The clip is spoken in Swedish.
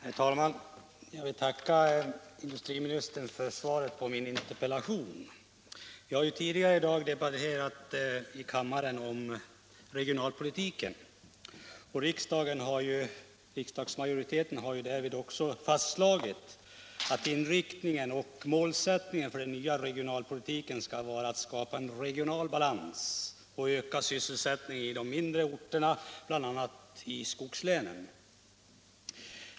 Herr talman! Jag vill tacka industriministern för svaret på min interpellation. Vi har tidigare i dag i kammaren debatterat regionalpolitiken. Riksdagsmajoriteten har också fastslagit att inriktningen av och målsättningen för den nya regionalpolitiken skall vara att skapa regional balans och öka sysselsättningen i de mindre orterna, bl.a. i skogslänen.